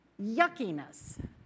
yuckiness